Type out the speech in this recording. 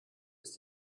ist